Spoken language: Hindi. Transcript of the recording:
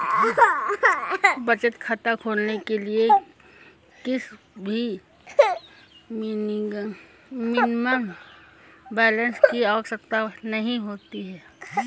बचत खाता खोलने के लिए किसी भी मिनिमम बैलेंस की आवश्यकता नहीं होती है